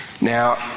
Now